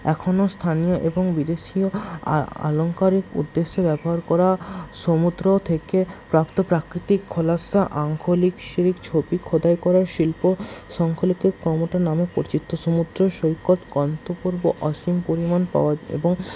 এখনো স্থানীয় এবং বিদেশীয় আলংকারিক উদ্দেশ্যে ব্যবহার করা সমুদ্র থেকে প্রাপ্ত প্রাকৃতিক খোলাসা আঙ্কলিক শিব ছবি খোদাই করা শিল্প সংকলিত ক্রমোঠ নামে পরিচিত সমুদ্র সৈকত গন্তপূর্ব অসীম পরিমাণ পাওয়া এবং